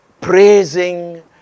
praising